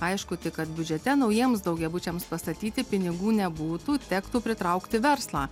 aišku tik kad biudžete naujiems daugiabučiams pastatyti pinigų nebūtų tektų pritraukti verslą